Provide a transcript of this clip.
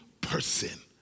person